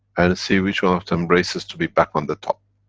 and see, which one of them races to be back on the top?